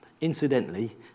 incidentally